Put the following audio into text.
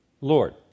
Lord